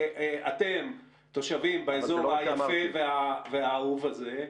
אתם תושבים באזור היפה והאהוב הזה,